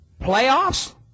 Playoffs